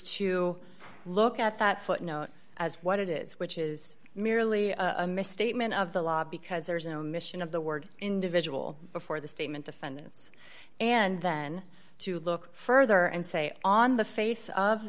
to look at that footnote as what it is which is merely a misstatement of the law because there's omission of the word individual before the statement defendants and then to look further and say on the face of